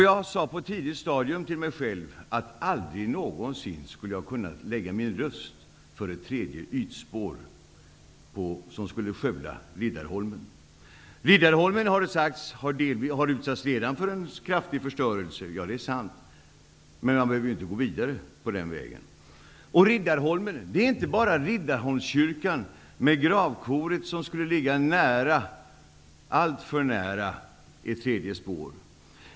Jag sade på ett tidigt stadium till mig själv att jag aldrig någonsin skulle kunna lägga min röst för ett tredje ytspår som skulle skövla Riddarholmen. Det har sagts att Riddarholmen redan utsatts för en kraftigt förstörelse. Det är sant. Men man behöver ju inte gå vidare på den vägen. På Riddarholmen finns inte bara Riddarholmskyrkan med sitt gravkor som skulle komma att ligga nära, alltför nära, ett tredje spår.